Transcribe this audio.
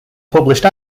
published